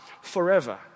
forever